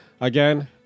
again